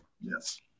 Yes